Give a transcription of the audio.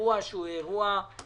אירוע לא נחמד,